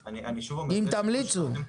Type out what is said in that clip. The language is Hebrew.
אם תמליצו.